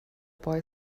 boy